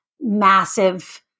massive